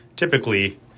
Typically